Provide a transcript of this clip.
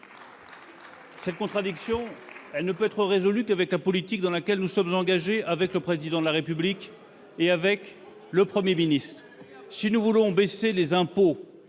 Cette contradiction ne peut être résolue qu'avec la politique dans laquelle nous sommes engagés avec le Président de la République et le Premier ministre. Si nous voulons baisser les impôts,